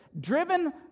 driven